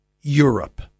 Europe